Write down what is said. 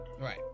right